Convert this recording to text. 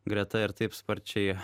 greta ir taip sparčiai